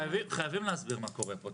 חייבים להסביר מה קורה פה.